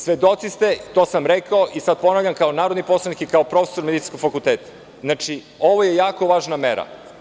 Svedoci ste, to sam rekao, i sada ponavljam kao narodni poslanik i kao profesor medicinskog fakulteta, znači, ovo je jako važna mera.